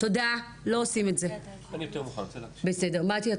רציתי לקרוא יותר.